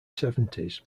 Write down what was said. seventies